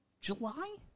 July